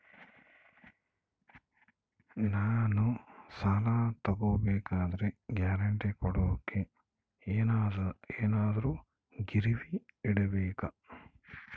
ನಾನು ಸಾಲ ತಗೋಬೇಕಾದರೆ ಗ್ಯಾರಂಟಿ ಕೊಡೋಕೆ ಏನಾದ್ರೂ ಗಿರಿವಿ ಇಡಬೇಕಾ?